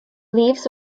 leaves